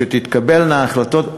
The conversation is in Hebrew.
כשתתקבלנה החלטות,